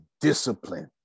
discipline